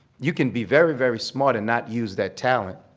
you can be very, very smart and not use that talent,